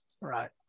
Right